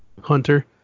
hunter